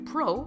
Pro